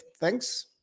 Thanks